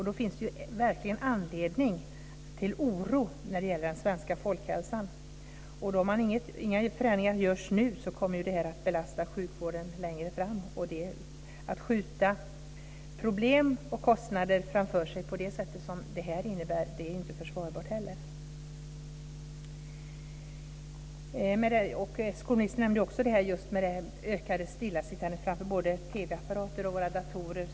Då finns det verkligen anledning till oro när det gäller den svenska folkhälsan. Om inga förändringar görs nu kommer detta att belasta sjukvården längre fram. Att skjuta problem och kostnader framför sig på det sättet som detta innebär är inte heller försvarbart. Skolministern talade också om det ökade stillasittandet framför både TV-apparater och datorer.